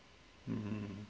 mm